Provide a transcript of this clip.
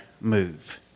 move